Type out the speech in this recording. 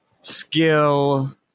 skill